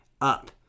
up